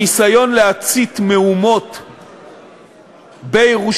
הניסיון להצית מהומות בירושלים,